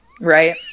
Right